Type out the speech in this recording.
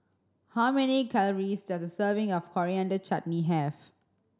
how many calories does a serving of Coriander Chutney have